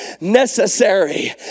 necessary